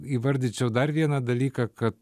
įvardyčiau dar vieną dalyką kad